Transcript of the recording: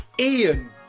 Ian